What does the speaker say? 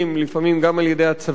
לפעמים גם על-ידי הצבא,